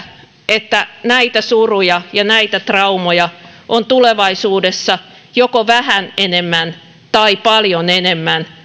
että näitä suruja ja näitä traumoja on tulevaisuudessa joko vähän enemmän tai paljon enemmän